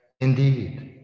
Indeed